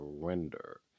surrender